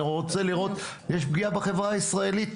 יש פגיעה בחברה הישראלית,